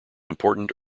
important